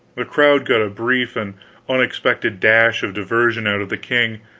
the crowd got a brief and unexpected dash of diversion out of the king.